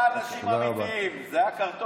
אלה לא היו אנשים אמיתיים, אלה היו קרטונים.